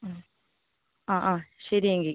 ആ ആ ആ ശരി എങ്കിൽ